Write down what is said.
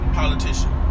politician